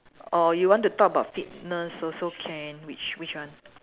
or you want to talk about fitness also can which which one